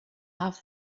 have